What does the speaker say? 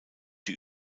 die